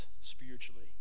spiritually